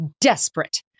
desperate